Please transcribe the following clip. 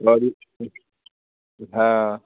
और हाँ